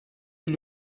est